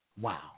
Wow